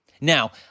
Now